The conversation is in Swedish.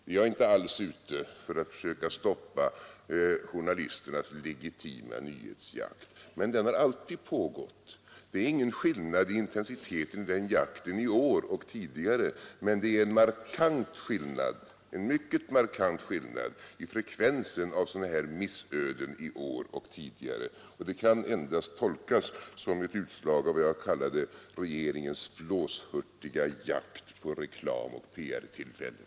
Jag är inte alls ute för att försöka stoppa journalisternas legitima nyhetsjakt. Men den har alltid pågått. Intensiteten i den jakten skiljer sig inte i år från tidigare års. Men det är en mycket markant skillnad i frekvensen av sådana här missöden i år och tidigare. Det kan endast tolkas som ett utslag av vad jag kallade regeringens flåshurtiga jakt efter reklam och PR-tillfällen.